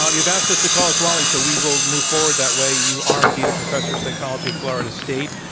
um you've asked us to call you wally, so we will move forward that way. you are indeed a professor of psychology at florida state.